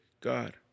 God